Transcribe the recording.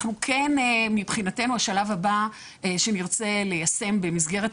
מבחינתנו השלב הבא שנרצה ליישם במסגרת